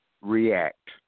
react